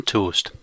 Toast